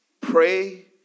Pray